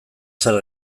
zer